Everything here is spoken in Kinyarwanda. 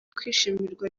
kwishimirwa